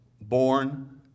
born